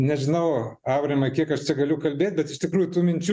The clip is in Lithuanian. nežinau aurimai kiek aš čia galiu kalbėt bet iš tikrųjų tų minčių